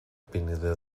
pineda